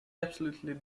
absolutely